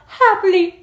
happily